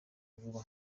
vuba